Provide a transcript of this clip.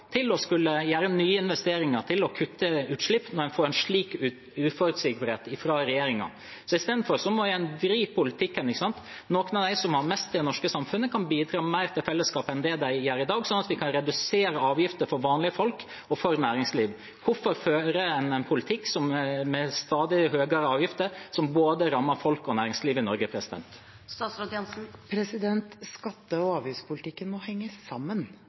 gjøre nye investeringer og kutte utslipp. I stedet må en vri politikken. Noen av dem som har mest i det norske samfunnet, kan bidra mer til fellesskapet enn det de gjør i dag, slik at vi kan redusere avgifter for vanlige folk og for næringsliv. Hvorfor fører man en politikk med stadig høyere avgifter, som både rammer folk og næringsliv i Norge? Skatte- og avgiftspolitikken må henge sammen,